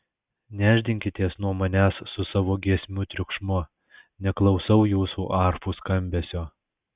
nešdinkitės nuo manęs su savo giesmių triukšmu neklausau jūsų arfų skambesio